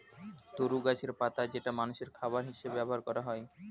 তরু গাছের পাতা যেটা মানুষের খাবার হিসেবে ব্যবহার করা হয়